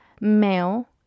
male